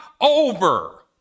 over